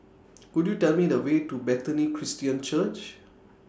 Could YOU Tell Me The Way to Bethany Christian Church